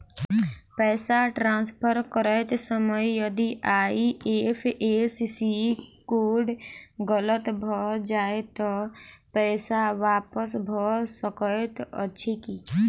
पैसा ट्रान्सफर करैत समय यदि आई.एफ.एस.सी कोड गलत भऽ जाय तऽ पैसा वापस भऽ सकैत अछि की?